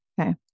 Okay